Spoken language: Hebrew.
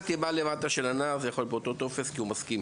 זה יכול להיות באותו טופס כי הוא מסכים.